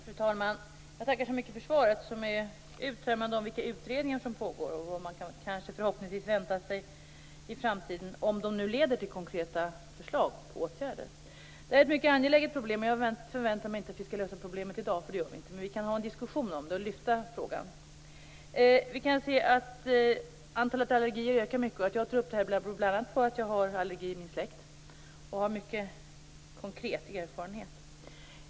Fru talman! Jag tackar så mycket för svaret, som är uttömmande om vilka utredningar som pågår och vad man förhoppningsvis kan vänta sig i framtiden, om de nu leder till konkreta förslag till åtgärder. Det här är ett mycket angeläget problem och jag förväntar mig inte att vi skall lösa det i dag. Det gör vi inte. Men vi kan ha en diskussion om det och lyfta fram frågan. Vi kan se att antalet allergier ökar mycket. Att jag tar upp frågan beror bl.a. på att jag har allergi i min släkt och har mycket konkret erfarenhet.